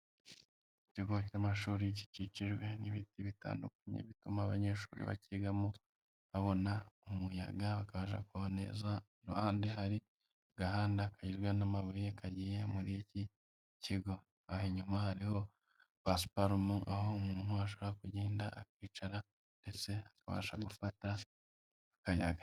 Ikigo cy'amashuri gikikijwe n'ibiti bitandukanye bituma abanyeshuri bakigamo babona umuyaga bakabasha kubaho neza. Ku ruhande hari agahanda kagizwe n'amabuye kagiye muri iki kigo. Aha inyuma hariho pasiparumu aho umuntu ashobora kugenda akicara ndetse akabasha gufata akayaga.